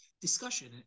discussion